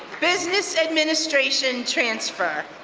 business administration transfer.